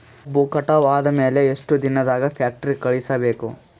ಕಬ್ಬು ಕಟಾವ ಆದ ಮ್ಯಾಲೆ ಎಷ್ಟು ದಿನದಾಗ ಫ್ಯಾಕ್ಟರಿ ಕಳುಹಿಸಬೇಕು?